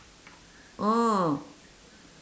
orh